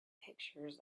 pictures